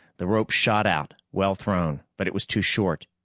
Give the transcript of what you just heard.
the rope shot out, well thrown. but it was too short.